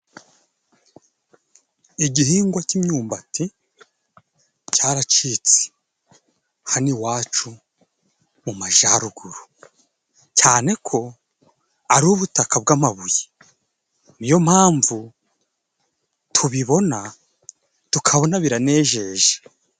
Igihingwa cy'imyumbati cyaracitse hano iwacu mu Majyaruguru, cyane ko ari ubutaka bw'amabuye. Niyo mpamvu tubibona tukabona biranejeje.